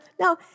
No